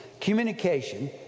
communication